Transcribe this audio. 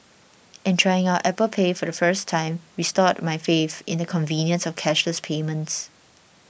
and trying out Apple Pay for the first time restored my faith in the convenience of cashless payments